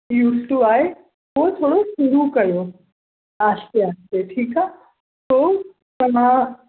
use to आहे उहो थोरो शुरू कयो आहिस्ते आहिस्ते ठीकु आहे पोइ सला